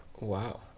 wow